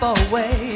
away